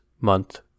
month